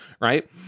right